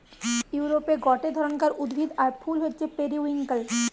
ইউরোপে গটে ধরণকার উদ্ভিদ আর ফুল হচ্ছে পেরিউইঙ্কেল